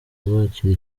rwakira